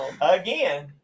Again